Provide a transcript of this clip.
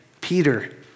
Peter